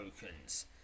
tokens